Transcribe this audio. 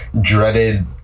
dreaded